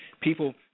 People